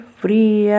free